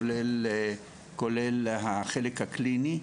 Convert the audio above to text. כולל החלק הקליני.